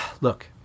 look